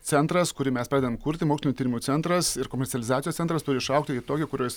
centras kurį mes padedam kurti mokslinių tyrimų centras ir komercializacijos centras turi išaugti į tokį kuris